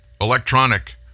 electronic